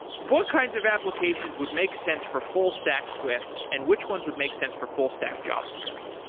what kinds of applications would make sense for full stack swift and which ones would make sense for full stack javascript?